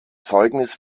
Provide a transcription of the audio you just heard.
zeugnis